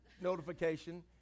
notification